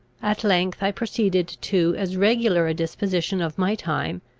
at length i proceeded to as regular a disposition of my time,